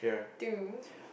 to